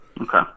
okay